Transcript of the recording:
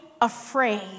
afraid